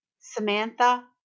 Samantha